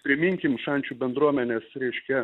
priminkim šančių bendruomenės reiškia